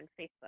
facebook